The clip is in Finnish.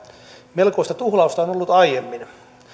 melkoista tuhlausta on on ollut aiemmin